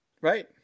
Right